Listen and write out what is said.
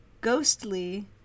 Ghostly